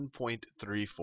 1.34